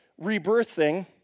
rebirthing